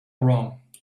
wrong